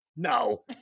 No